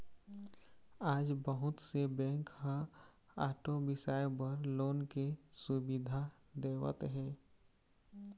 आज बहुत से बेंक ह आटो बिसाए बर लोन के सुबिधा देवत हे